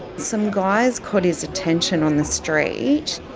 some guys caught his attention on the street